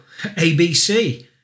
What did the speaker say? ABC